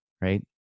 Right